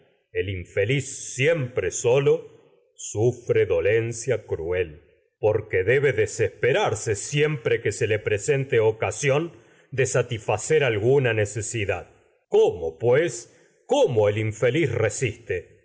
el infeliz siempre solo sufre dolencia se cruel sente porque ocasión debe desesperarse de satisfacer siempi e que le pre alguna necesidad cómo cuan vida pues cómo el infeliz resiste